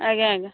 ଆଜ୍ଞା ଆଜ୍ଞା